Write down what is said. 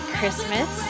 Christmas